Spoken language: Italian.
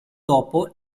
dopo